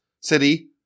city